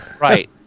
Right